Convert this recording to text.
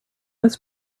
this